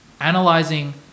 analyzing